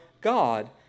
God